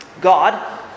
God